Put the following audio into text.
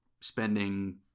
spending